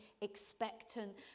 expectant